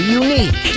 unique